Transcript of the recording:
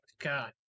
God